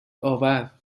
آور